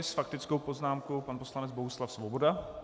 S faktickou poznámkou pan poslanec Bohuslav Svoboda.